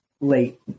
late